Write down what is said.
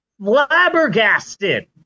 flabbergasted